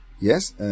Yes